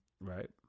Right